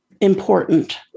important